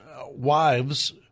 wives